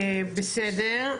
בסדר.